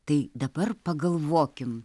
tai dabar pagalvokim